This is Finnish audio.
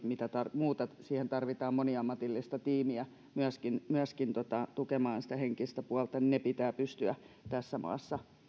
mitä muuta siihen tarvitaan moniammatillista tiimiä myöskin myöskin tukemaan sitä henkistä puolta pitää pystyä tässä maassa